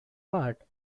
part